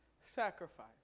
sacrifice